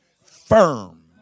firm